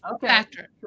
factor